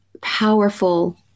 powerful